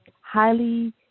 highly